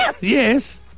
Yes